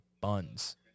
buns